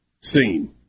scene